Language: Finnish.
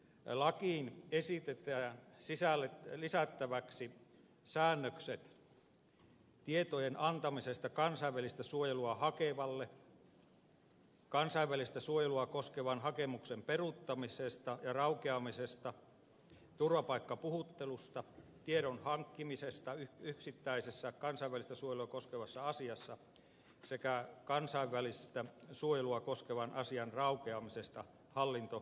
lakiin esitetään lisättäväksi säännökset tietojen antamisesta kansainvälistä suojelua hakevalle kansainvälistä suojelua koskevan hakemuksen peruuttamisesta ja raukeamisesta turvapaikkapuhuttelusta tiedon hankkimisesta yksittäisessä kansainvälistä suojelua koskevassa asiassa sekä kansainvälistä suojelua koskevan asian raukeamisesta hallintotuomioistuimessa